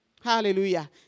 Hallelujah